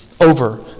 over